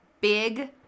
Big